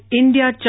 India